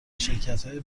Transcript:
شرکتهای